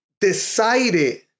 decided